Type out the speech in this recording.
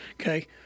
Okay